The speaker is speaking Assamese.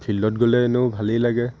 ফিল্ডত গ'লে এনেও ভালেই লাগে